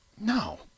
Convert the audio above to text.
No